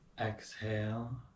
Exhale